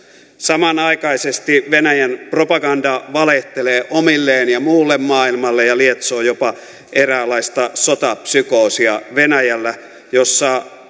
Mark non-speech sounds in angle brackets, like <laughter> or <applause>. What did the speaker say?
samanaikaisesti venäjän propaganda valehtelee omilleen ja muulle maailmalle ja lietsoo jopa eräänlaista sotapsykoosia venäjällä jossa <unintelligible>